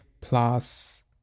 plus